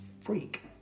freak